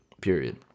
period